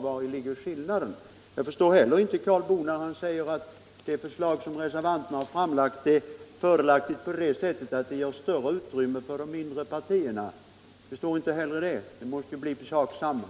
Vari ligger då skillnaden? Jag förstår inte heller Karl Boo när han säger att det förslag som reservanterna framlagt är fördelaktigt på det sättet att det ger större utrymme åt de mindre partierna. Det måste bli samma sak.